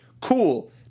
cool